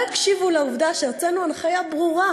לא הקשיבו לעובדה שהוצאנו הנחיה ברורה